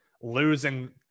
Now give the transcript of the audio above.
losing